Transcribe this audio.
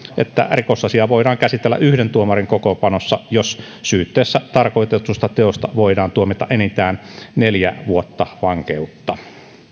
että rikosasiaa voidaan käsitellä yhden tuomarin kokoonpanossa jos syytteessä tarkoitetusta teosta voidaan tuomita enintään neljä vuotta vankeutta